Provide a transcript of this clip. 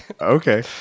Okay